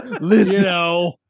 listen